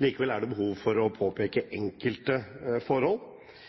Likevel er det behov for å påpeke